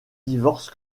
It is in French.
divorcent